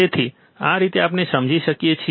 તેથી આ રીતે આપણે સમજી શકીએ છીએ